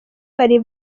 bari